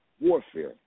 warfare